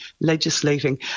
legislating